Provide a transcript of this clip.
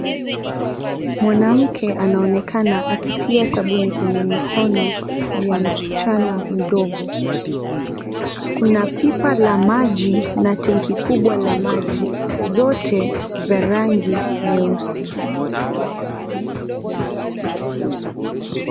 Mwanamke anaonekana akitia sabuni kwenye mikono ya msichana mdogo. Kuna pipa la maji na tangi kubwa la maji, zote za rangi nyeusi.